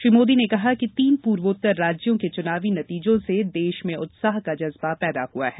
श्री मोदी ने कहा कि तीन पूर्वोत्तर राज्यों के चुनावी नतीजों से देश में उत्साह का जज्बा पैदा हुआ है